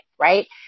Right